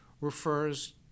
refers